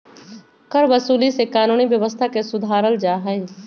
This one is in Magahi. करवसूली से कानूनी व्यवस्था के सुधारल जाहई